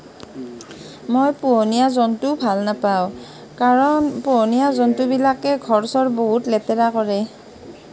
মই পোহনীয়া জন্তু ভাল নাপাওঁ কাৰণ পোহনীয়া জন্তুবিলাকে ঘৰ চৰ বহুত লেতেৰা কৰে